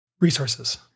resources